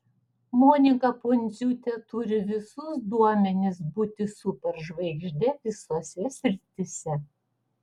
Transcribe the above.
monika pundziūtė turi visus duomenis būti superžvaigžde visose srityse